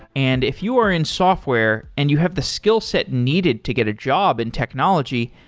and if you are in software and you have the skillset needed to get a job in technology,